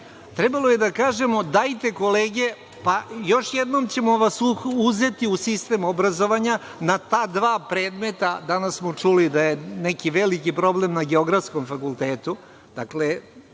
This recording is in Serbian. trebalo je da kažemo – dajte, kolege, pa još jednom ćemo vas uzeti u sistem obrazovanja na ta dva predmeta. Danas smo čuli da je neki veliki problem na Geografskom fakultetu. Ako